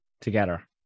together